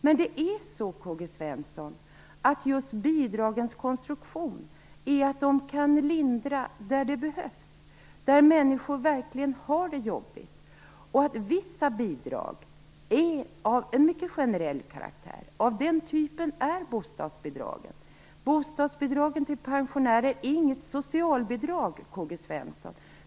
Men det är ju så, K-G Svenson, att bidragens konstruktion är sådan att de kan lindra där det behövs, där människor verkligen har det jobbigt. Vissa bidrag är av mycket generell karaktär, och av den typen är bostadsbidragen. Bostadsbidragen till pensionärer är inga socialbidrag, K-G Svenson.